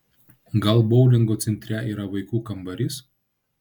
gal boulingo centre yra vaikų kambarys